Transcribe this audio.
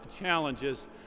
challenges